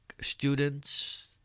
students